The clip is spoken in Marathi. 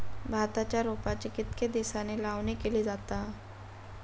भाताच्या रोपांची कितके दिसांनी लावणी केली जाता?